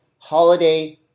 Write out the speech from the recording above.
Holiday